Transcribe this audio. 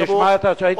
נשמע את ההתייחסות.